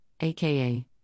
aka